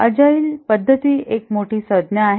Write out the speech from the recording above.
agile पद्धती एक मोठी संज्ञा आहे